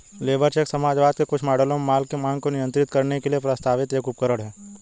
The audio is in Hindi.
लेबर चेक समाजवाद के कुछ मॉडलों में माल की मांग को नियंत्रित करने के लिए प्रस्तावित एक उपकरण है